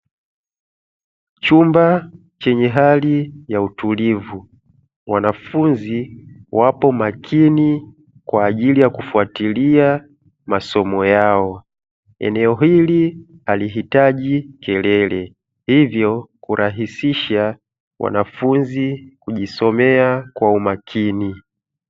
Chumba chenye hali ya utulivu, wanafunzi wapo makini kwa ajili ya kufuatilia masomo yao. Eneo hili halihitaji kelele hivyo kurahisisha wanafunzi kujisomea kwa umakini.